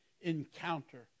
encounter